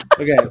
Okay